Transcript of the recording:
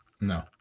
No